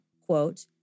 quote